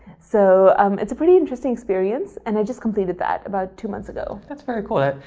so um it's a pretty interesting experience, and i just completed that, about two months ago. that's very cool.